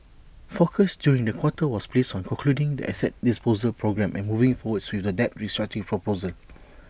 focus during the quarter was placed on concluding the asset disposal programme and moving forward with the debt restructuring proposal